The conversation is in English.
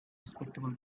respectable